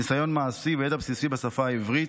ניסיון מעשי וידע בסיסי בשפה העברית,